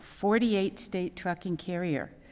forty eight state trucking carrier.